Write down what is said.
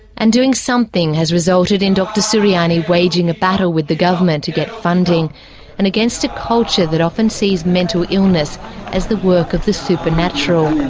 and doing something has resulted in dr suryani waging a battle with the government to get funding and against a culture that often sees mental illness as the work of the supernatural.